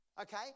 Okay